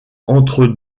entre